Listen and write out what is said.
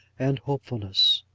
and hopefulness